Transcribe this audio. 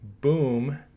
boom